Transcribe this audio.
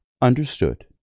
Understood